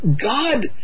God